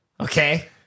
Okay